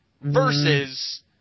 versus